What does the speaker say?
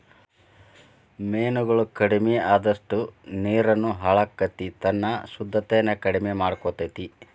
ಮೇನುಗಳು ಕಡಮಿ ಅಅದಷ್ಟ ನೇರುನು ಹಾಳಕ್ಕತಿ ತನ್ನ ಶುದ್ದತೆನ ಕಡಮಿ ಮಾಡಕೊತತಿ